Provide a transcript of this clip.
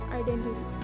identity